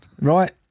Right